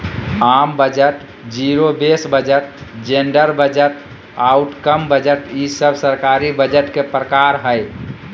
आम budget, zero base budget, gender budget, outcome budget ई सब सरकारी बजट के प्रकार हय